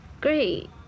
great